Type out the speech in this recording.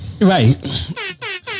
Right